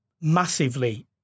massively